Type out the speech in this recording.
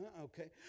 Okay